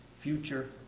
future